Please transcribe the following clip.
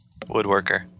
Woodworker